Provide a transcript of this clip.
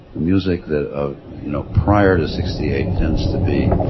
music that of you know prior to sixty eight tends to be